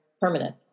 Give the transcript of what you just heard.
permanent